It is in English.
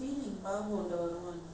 we see lah we see how